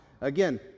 Again